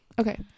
okay